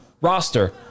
roster